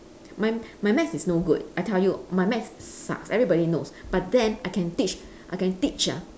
my my maths is no good I tell you my maths sucks everybody knows but then I can teach I can teach ah